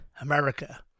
America